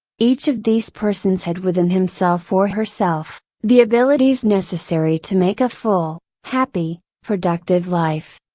each of these persons had within himself or herself, the abilities necessary to make a full, happy, productive life.